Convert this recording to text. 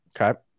okay